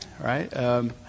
right